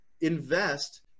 invest